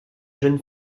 jeune